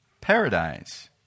paradise